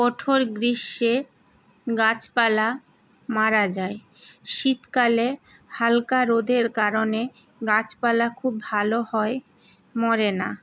কঠোর গ্রীষ্মে গাছপালা মারা যায় শীতকালে হালকা রোদের কারণে গাছপালা খুব ভালো হয় মরে না